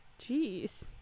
Jeez